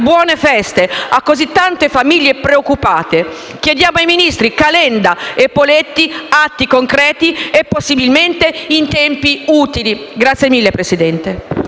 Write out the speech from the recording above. buone feste a così tante famiglie preoccupate. Chiediamo ai ministri Calenda e Poletti atti concreti e possibilmente in tempi utili. *(Applausi